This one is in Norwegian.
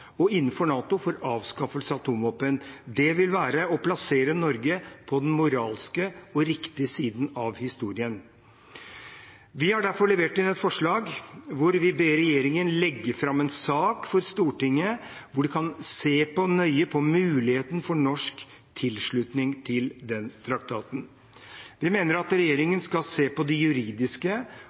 og innenfor NATO, for avskaffelse av atomvåpen. Det vil være å plassere Norge på den moralske og riktige siden av historien. Vi har derfor levert inn et forslag hvor vi ber regjeringen legge fram en sak for Stortinget hvor de kan se nøye på muligheten for norsk tilslutning til den traktaten. Vi mener at regjeringen skal se på de juridiske